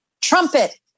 trumpet